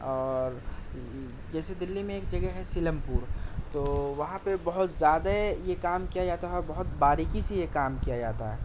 اور جیسے دلی میں ایک جگہ ہے سیلم پور تو وہاں پہ بہت زیادے یہ کام کیا جاتا ہے اور بہت باریکی سے یہ کام کیا جاتا ہے